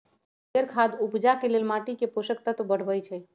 हरियर खाद उपजाके लेल माटीके पोषक तत्व बढ़बइ छइ